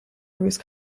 bruce